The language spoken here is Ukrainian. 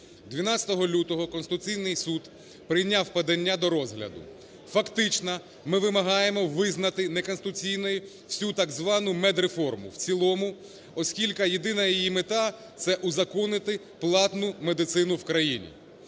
12 лютого Конституційний Суд прийняв подання до розгляду. Фактично ми вимагаємо визнати не конституційною всю, так звану, медреформу в цілому, оскільки єдина її мета – це узаконити платну медицину в країні.